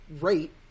rate